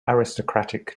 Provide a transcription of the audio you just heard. aristocratic